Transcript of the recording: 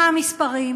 מה המספרים,